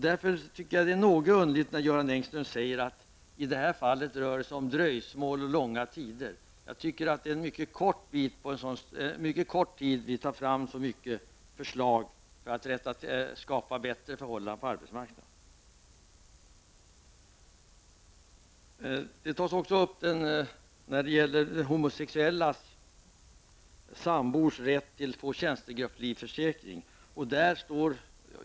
Därför tycker jag att det är något underligt när Göran Engström säger att det i det här fallet rör sig om dröjsmål och långa tider. Jag tycker att det är under en mycket kort tid som vi tar fram så många förslag för att skapa bättre förhållanden på arbetsmarknaden. Även homosexuella sambors rätt att få tjänstegrupplivförsäkring tas upp.